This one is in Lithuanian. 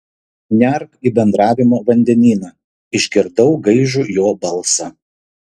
nerk į bendravimo vandenyną išgirdau gaižų jo balsą